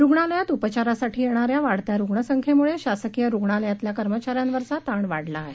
रुग्णालयात उपचारासाठी येणाऱ्या वाढत्या रुग्णसंख्येमुळे शासकीय रुग्णालयातल्या कर्मचाऱ्यांवरचा ताण वाढला आहे